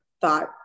thought